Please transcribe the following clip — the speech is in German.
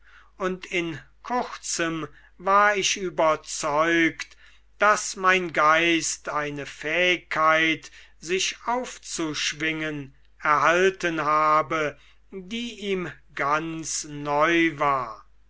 und in kurzem war ich überzeugt daß mein geist eine fähigkeit sich aufzuschwingen erhalten habe die ihm ganz neu war